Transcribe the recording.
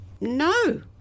No